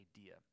idea